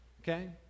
okay